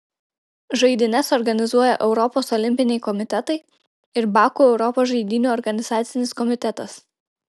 žaidynes organizuoja europos olimpiniai komitetai ir baku europos žaidynių organizacinis komitetas